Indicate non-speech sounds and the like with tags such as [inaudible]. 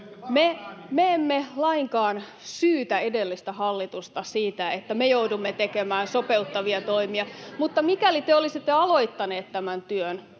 Me emme lainkaan syytä edellistä hallitusta siitä, että me joudumme tekemään sopeuttavia toimia, [noise] mutta mikäli te olisitte aloittaneet tämän työn